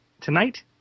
tonight